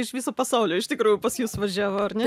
iš viso pasaulio iš tikrųjų pas jus važiavo ar ne